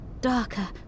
darker